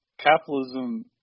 Capitalism